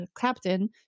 captain